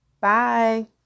Bye